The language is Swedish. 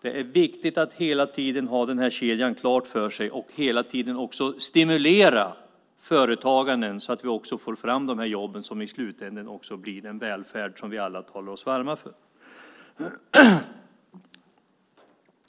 Det är viktigt att hela tiden ha den här kedjan klar för sig och att hela tiden stimulera företagandet så att vi får fram de jobb som i slutändan blir den välfärd som vi alla talar oss varma för.